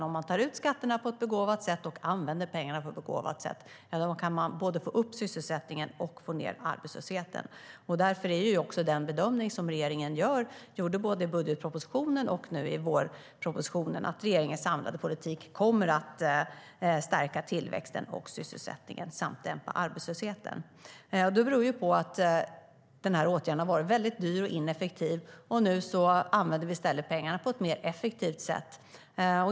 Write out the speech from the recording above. Om man tar ut skatterna på ett begåvat sätt och använder pengarna på ett begåvat sätt kan man både öka sysselsättningen och minska arbetslösheten. Därför är den bedömning som regeringen har gjort, både i budgetpropositionen och i vårpropositionen, att regeringens samlade politik kommer att stärka tillväxten och sysselsättningen samt dämpa arbetslösheten. Det beror på att denna åtgärd har varit mycket dyr och ineffektiv. Nu använder vi i stället pengarna på ett mer effektivt sätt.